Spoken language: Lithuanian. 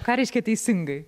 ką reiškia teisingai